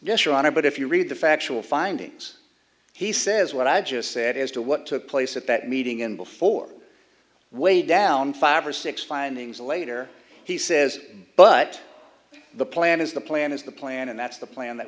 honor but if you read the factual findings he says what i just said as to what took place at that meeting in before way down five or six findings later he says but the plan is the plan is the plan and that's the plan that